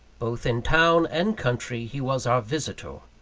both in town and country he was our visitor,